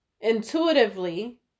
intuitively